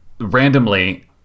Randomly